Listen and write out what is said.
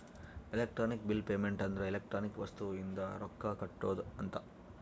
electronic bill payment ಅಂದ್ರ electronic ವಸ್ತು ಇಂದ ರೊಕ್ಕ ಕಟ್ಟೋದ ಅಂತ